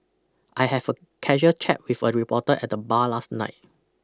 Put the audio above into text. I have a casual chat with a reporter at the bar last night